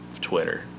twitter